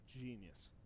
genius